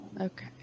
Okay